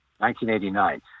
1989